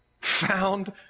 found